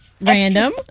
Random